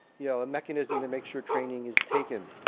you know a mechanism to make sure training is taken.